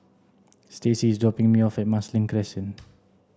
Stacie is dropping me off at Marsiling Crescent